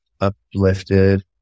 uplifted